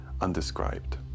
undescribed